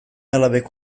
alabek